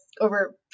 over